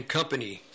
Company